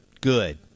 good